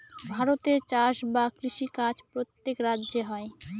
ভারতে চাষ বা কৃষি কাজ প্রত্যেক রাজ্যে হয়